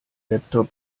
laptop